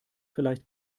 vielleicht